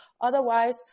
Otherwise